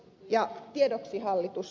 ja tiedoksi hallitus